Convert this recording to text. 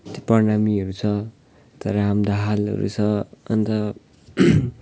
त्यो प्रणामीहरू छ तर अन्त राम दाहालहरू छ अन्त